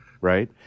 right